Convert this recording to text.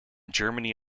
germany